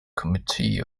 committee